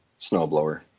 Snowblower